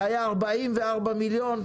זה היה 44 מיליון,